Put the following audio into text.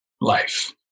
life